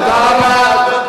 תודה רבה.